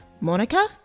Monica